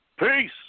Peace